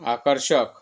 आकर्षक